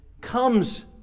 comes